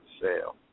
sale